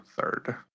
third